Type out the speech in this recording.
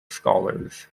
scholars